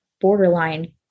borderline